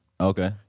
Okay